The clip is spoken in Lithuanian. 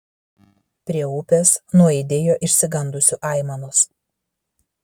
prie upės nuaidėjo išsigandusių aimanos